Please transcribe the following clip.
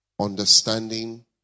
understanding